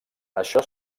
això